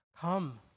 Come